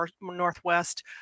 Northwest